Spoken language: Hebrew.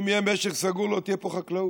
אם יהיה משק סגור, לא תהיה פה חקלאות.